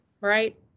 right